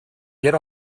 get